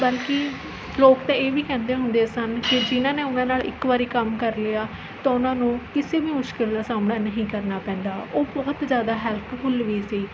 ਬਲਕਿ ਲੋਕ ਤਾਂ ਇਹ ਵੀ ਕਹਿੰਦੇ ਹੁੰਦੇ ਸਨ ਕਿ ਜਿਨ੍ਹਾਂ ਨੇ ਉਹਨਾਂ ਨਾਲ਼ ਇੱਕ ਵਾਰੀ ਕੰਮ ਕਰ ਲਿਆ ਤਾਂ ਉਹਨਾਂ ਨੂੰ ਕਿਸੇ ਵੀ ਮੁਸ਼ਕਿਲ ਦਾ ਸਾਹਮਣਾ ਨਹੀਂ ਕਰਨਾ ਪੈਂਦਾ ਉਹ ਬਹੁਤ ਜ਼ਿਆਦਾ ਹੈਲਪਫੁਲ ਵੀ ਸੀ